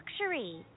luxury